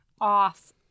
off